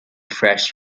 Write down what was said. fresh